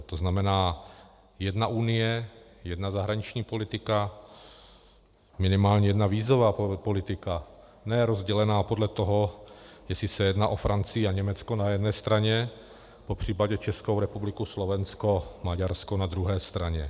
To znamená jedna unie, jedna zahraniční politika, minimálně jedna vízová politika, ne rozdělená podle toho, jestli se jedná o Francii a Německo na jedné straně, popřípadě Českou republiku, Slovensko, Maďarsko na druhé straně.